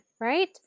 right